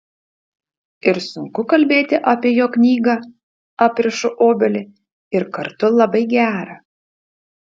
ir sunku kalbėti apie jo knygą aprišu obelį ir kartu labai gera